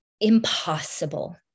impossible